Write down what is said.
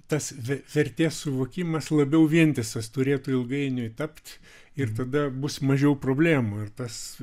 tas ve vertės suvokimas labiau vientisas turėtų ilgainiui tapt ir tada bus mažiau problemų ir tas